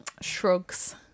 shrugs